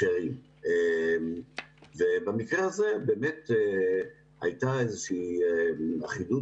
במקרה הזה באמת הייתה איזושהי אחידות